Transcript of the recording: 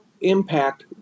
impact